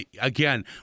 Again